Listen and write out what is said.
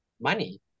money